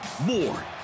More